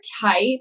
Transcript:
type